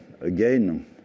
again